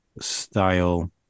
style